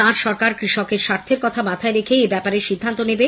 তাঁর সরকার কৃষকের স্বার্থের কথা মাথায় রেখেই এব্যাপারে সিদ্ধান্ত নেবে